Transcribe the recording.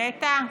נטע,